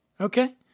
Okay